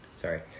Sorry